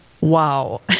Wow